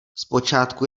zpočátku